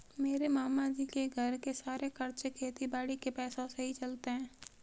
मेरे मामा जी के घर के सारे खर्चे खेती बाड़ी के पैसों से ही चलते हैं